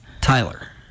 Tyler